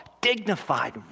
dignified